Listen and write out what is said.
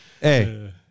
Hey